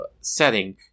setting